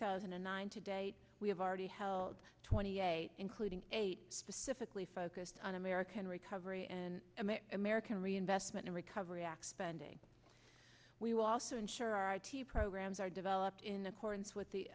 thousand and nine to date we have already held twenty eight including eight specifically focused on american recovery and american reinvestment and recovery act spending we will also ensure our t v programs are developed in accordance with the